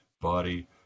body